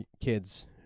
kids